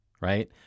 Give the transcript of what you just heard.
right